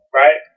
right